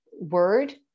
word